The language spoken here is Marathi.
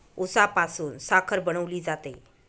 उसापासून साखर बनवली जाते